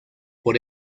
por